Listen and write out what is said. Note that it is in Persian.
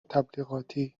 تبلیغاتی